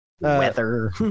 Weather